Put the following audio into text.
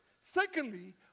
Secondly